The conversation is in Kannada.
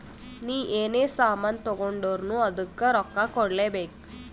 ನೀ ಎನೇ ಸಾಮಾನ್ ತಗೊಂಡುರ್ನೂ ಅದ್ದುಕ್ ರೊಕ್ಕಾ ಕೂಡ್ಲೇ ಬೇಕ್